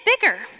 bigger